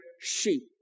sheep